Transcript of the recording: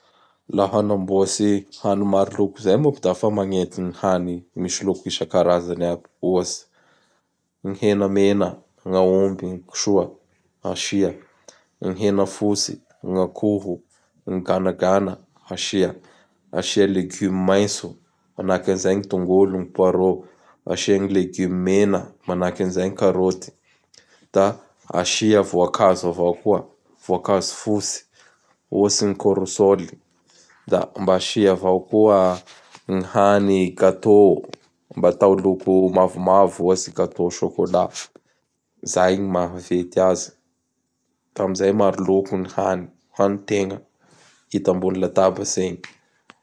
Laha hanamboatsy hany maro loko zay manko da fa magn ety ny hany misy loko isan-karazany aby, ohatsy: ny hena mena (gny Aomby, gny Kisoa asia, gny hena fotsy gny akoho, gny ganagana asia, asia légume maintso manahaky an'izay gny tongolo, gny Poirrot), asia gny légume mena (manahaky an'izay ny karoty, da asia voakazo avao koa (voakazo fotsy ohatsy ny Corosoly, da mba asia avao koa ny hany gâteau mba atao loko mavomavo ohatsy, gâteau au chocolat. Izay gny maha fety azy, da amin'izay maroloko gny hany hanitegna hita ambony latabatsy egny.